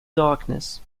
darkness